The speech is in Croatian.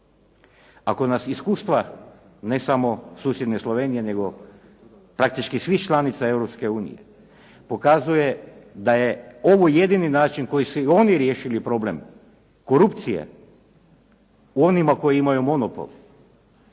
Ako nas iskustva ne samo susjedne Slovenije, nego praktički svih članica Europske unije pokazuje da je ovo jedini način koji su i oni riješili problem korupcije u onima koji imaju monopol,